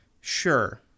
Sure